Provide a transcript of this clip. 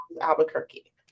Albuquerque